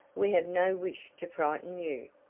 we have no wish to frighten you!